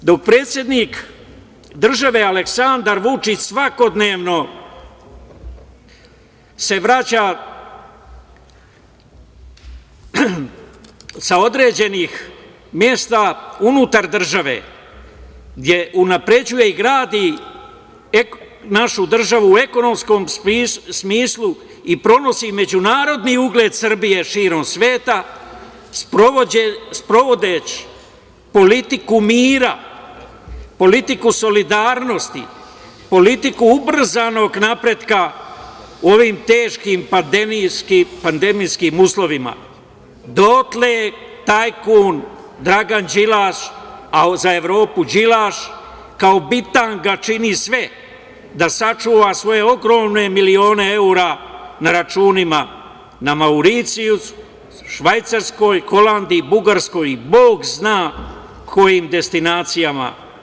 Dok se predsednik države Aleksandar Vučić svakodnevno vraća sa određenih mesta unutar države, gde unapređuje i gradi našu državu u ekonomskom smislu i pronosi međunarodni ugled Srbije širom sveta, sprovodeći politiku mira, politiku solidarnosti, politiku ubrzanog napretka u ovim teškim pandemijskim uslovima, dotle tajkun Dragan Đilas, a za Evropu Đilaš, kao bitanga, čini sve da sačuva svoje otrovne milione evra na računima na Mauricijusu, Švajcarskoj, Holandiji, Bugarskoj i Bog zna kojim destinacijama.